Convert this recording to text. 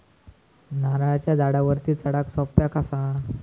नारळाच्या झाडावरती चडाक सोप्या कसा?